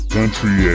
Country